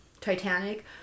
Titanic